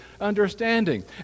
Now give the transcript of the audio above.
understanding